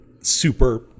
super